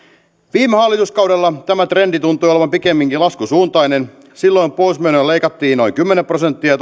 viime hallituskaudella tämä trendi tuntui olevan pikemminkin laskusuuntainen silloin puolustusmenoja leikattiin noin kymmenen prosenttia